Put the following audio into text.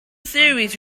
theories